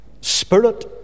Spirit